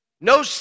No